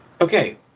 Okay